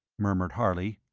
murmured harley.